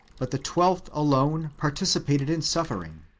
but the twelfth alone participated in suffering?